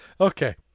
Okay